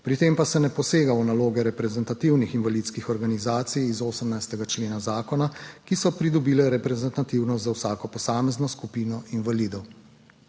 Pri tem pa se ne posega v naloge reprezentativnih invalidskih organizacij iz 18. člena zakona, ki so pridobile reprezentativnost za vsako posamezno skupino invalidov.